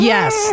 Yes